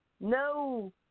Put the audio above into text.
no